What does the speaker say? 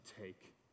take